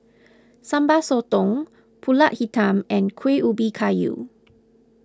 Sambal Sotong Pulut Hitam and Kuih Ubi Kayu